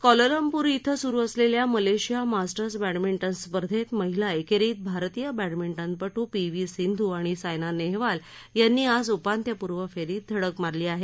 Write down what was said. Kuala Lumpur इथं सुरू असलेल्या मलेशिया मास्टर्स बॅडमिंटन स्पर्धेत महिला एकेरीत भारतीय बॅडमिंटनपटू पी व्ही सिंधू आणि सायना नेहवाल यांनी आज उपांत्यपूर्व फेरीत धडक मारली आहे